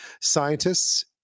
Scientists